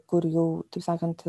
kur jau taip sakant